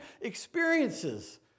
experiences